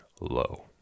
low